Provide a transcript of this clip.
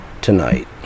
tonight